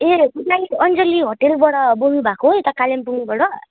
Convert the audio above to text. ए तपाईँ अञ्जली होटलबाट बोल्नु भएको हो यता कालिम्पोङबाट